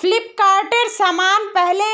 फ्लिपकार्टेर समान पहले